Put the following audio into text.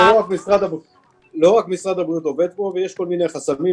לא רק משרד הבריאות עובד פה, יש כל מיני חסמים.